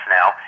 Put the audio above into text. now